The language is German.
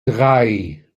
drei